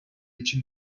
için